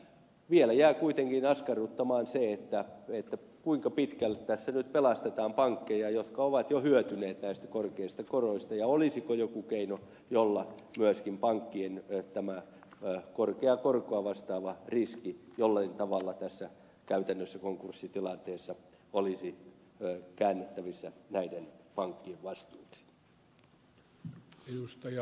vielä jää kuitenkin askarruttamaan se kuinka pitkälle tässä nyt pelastetaan pankkeja jotka ovat jo hyötyneet näistä korkeista koroista ja olisiko joku keino jolla myöskin pankkien tätä korkeaa korkoa vastaava riski jollain tavalla tässä käytännössä konkurssitilanteessa olisi käännettävissä näiden pankkien vastuiksi